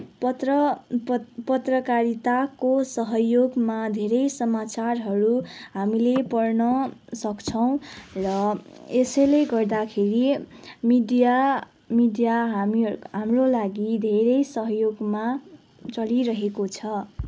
पत्र पत् पत्रकारिताको सहयोगमा धेरै समाचारहरू हामीले पढ्न सक्छौँ र यसैले गर्दाखेरि मिडिया मिडिया हामीहरू हाम्रो लागि धेरै सहयोगमा चलिरहेको छ